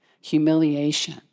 humiliation